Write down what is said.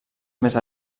més